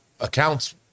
accounts